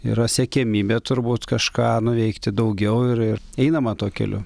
yra siekiamybė turbūt kažką nuveikti daugiau ir ir einama tuo keliu